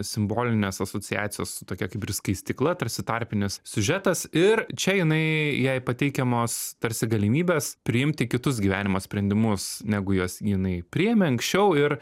simbolinės asociacijos su tokia kaip ir skaistykla tarsi tarpinis siužetas ir čia jinai jai pateikiamos tarsi galimybės priimti kitus gyvenimo sprendimus negu juos jinai priėmė anksčiau ir